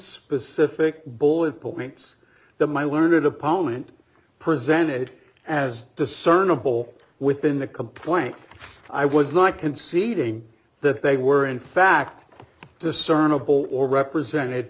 specific bullet points that my learned opponent presented as discernible within the complaint i was not conceding that they were in fact discernible or represented